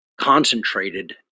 concentrated